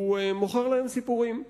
הוא מוכר להם סיפורים.